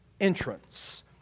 entrance